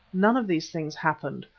none of these things happened,